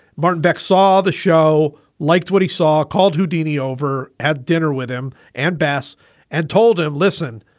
martin beck saw the show, liked what he saw, called houdini over at dinner with him and bass and told him, listen,